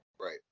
Right